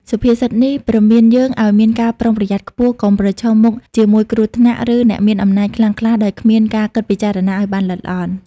សុភាសិតនេះព្រមានយើងឱ្យមានការប្រុងប្រយ័ត្នខ្ពស់ កុំប្រឈមមុខជាមួយគ្រោះថ្នាក់ ឬអ្នកមានអំណាចខ្លាំងក្លាដោយគ្មានការគិតពិចារណាឱ្យបានល្អិតល្អន់។